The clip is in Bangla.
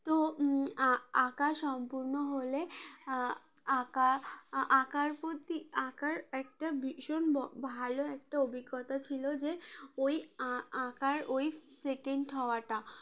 তো আঁকা সম্পূর্ণ হলে আঁকা আঁকার প্রতি আঁকার একটা ভীষণ ভালো একটা অভিজ্ঞতা ছিল যে ওই আঁকার ওই সেকেন্ড হওয়াটা